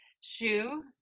shoe